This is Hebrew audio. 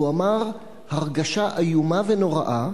והוא אמר: הרגשה איומה ונוראה,